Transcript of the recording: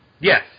Yes